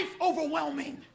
overwhelming